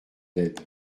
d’aide